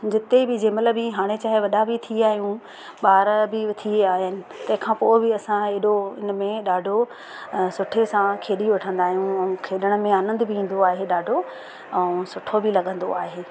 जिते बि जेमाल्हि बि हाणे चाहे वॾा बि थी वियो आहियूं ॿार बि थी विया आहिनि तंहिं खां पोइ बि असां एॾो इन में ॾाढो सुठे सां खेडी वठंदा आहियूं ऐं खेॾण में आनंद बि ईंदो आहे ॾाढो ऐं सुठो बि लॻंदो आहे